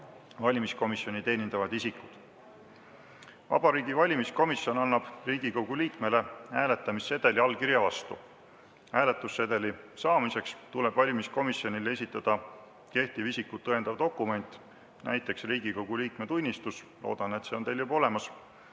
valimiskomisjoni teenindavad isikud. Vabariigi Valimiskomisjon annab Riigikogu liikmele hääletamissedeli allkirja vastu. Hääletussedeli saamiseks tuleb valimiskomisjonile esitada kehtiv isikut tõendav dokument, näiteks Riigikogu liikme tunnistus – loodan, et see on teil juba olemas